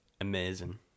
amazing